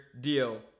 deal